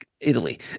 Italy